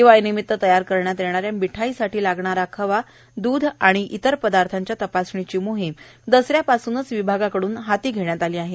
दिवाळी निमित तयार करण्यात येणाऱ्या मिठाईसाठी लागणारा खोवा दूध आदी पदार्थांच्या तपासणीची मोहिम दसऱ्या पासूनचं या विभागाकडून हाती घेण्यात आली आहे